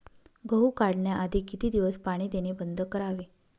गहू काढण्याआधी किती दिवस पाणी देणे बंद करावे?